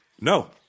No